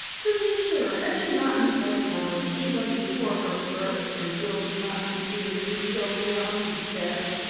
to be sure, has she not incited violence even before her birth, and will she not continue to do so beyond death?